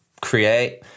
create